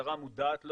שהמשטרה מודעת לו,